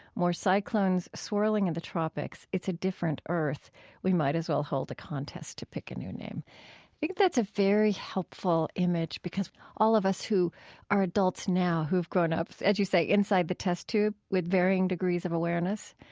more cyclones swirling in the tropics. it's a different earth we might as well hold a contest to pick a new name. i think that's a very helpful image because all of us who are adults now who've grown up, as you say, inside the test tube with varying degrees of awareness,